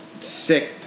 sick